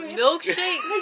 milkshake